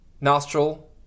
nostril